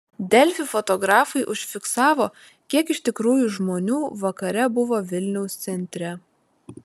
delfi fotografai užfiksavo kiek iš tikrųjų žmonių vakare buvo vilniaus centre